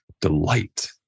delight